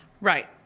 Right